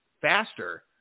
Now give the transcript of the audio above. faster